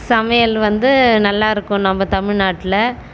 சமையல் வந்து நல்லா இருக்கும் நம்ப தமிழ்நாட்டில்